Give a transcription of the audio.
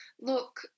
Look